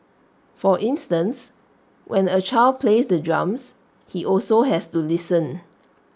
for instance when A child plays the drums he also has to listen